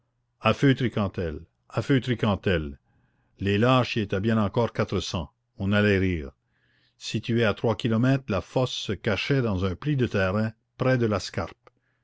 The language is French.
à feutry cantel à feutry cantel les lâches y étaient bien encore quatre cents on allait rire située à trois kilomètres la fosse se cachait dans un pli de terrain près de